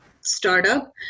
startup